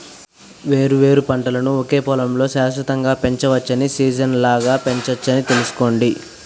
వేర్వేరు పంటలను ఒకే పొలంలో శాశ్వతంగా పెంచవచ్చని, సీజనల్గా పెంచొచ్చని తెలుసుకోండి